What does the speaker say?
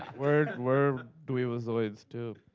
we're we're dweebazoids too.